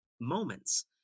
moments